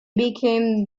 become